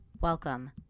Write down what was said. Welcome